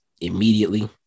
immediately